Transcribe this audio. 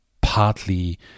partly